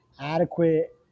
adequate